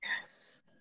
Yes